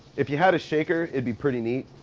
if you had a shaker, it'd be pretty neat.